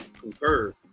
concur